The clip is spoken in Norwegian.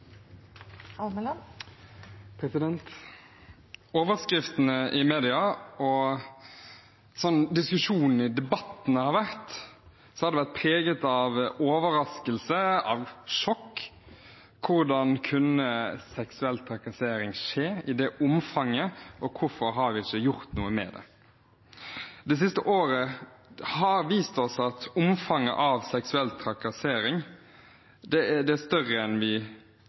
Overskriftene i media og debattene har vært preget av overraskelse og av sjokk: Hvordan kunne seksuell trakassering skje i det omfanget, og hvorfor har vi ikke gjort noe med det? Det siste året har vist oss at omfanget av seksuell trakassering er større enn vi kunne se for oss, og det har vært sjokkerende. Det